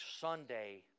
Sunday